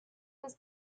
was